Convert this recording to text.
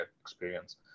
experience